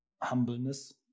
humbleness